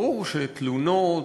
ברור שתלונות,